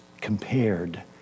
compared